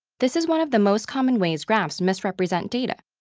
this is one of the most common ways graphs misrepresent data,